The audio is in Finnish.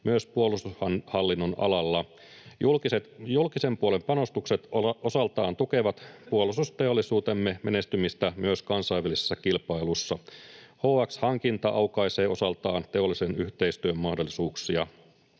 myös puolustushallinnon alalla. Julkisen puolen panostukset osaltaan tukevat puolustusteollisuutemme menestymistä myös kansainvälisessä kilpailussa. HX-hankinta aukaisee osaltaan teollisen yhteistyön mahdollisuuksia.